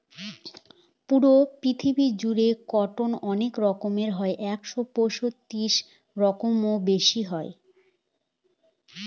পুরো পৃথিবী জুড়ে কটন অনেক রকম হয় একশো পঁয়ত্রিশ রকমেরও বেশি হয়